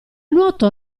nuoto